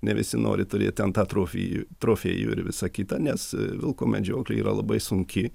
ne visi nori turėt ten tą atrofijų trofėjų ir visa kita nes vilko medžioklė yra labai sunki